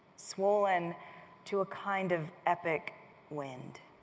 swollen to a kind of epic wind,